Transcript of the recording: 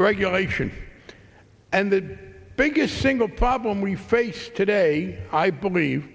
regulation and the biggest single problem we face today i believe